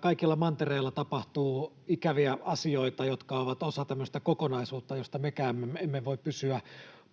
kaikilla mantereilla, tapahtuu ikäviä asioita, jotka ovat osa tämmöistä kokonaisuutta, josta mekään emme voi pysyä